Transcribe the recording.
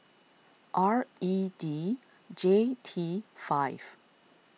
R E D J T five